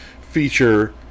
feature